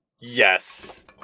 Yes